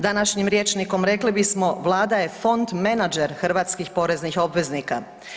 Današnjim rječnikom, rekli bismo, Vlada je fond menadžer hrvatskih poreznih obveznika.